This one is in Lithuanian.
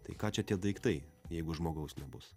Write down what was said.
tai ką čia tie daiktai jeigu žmogaus nebus